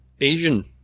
Asian